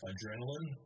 Adrenaline